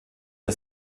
der